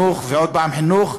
חינוך ועוד פעם חינוך,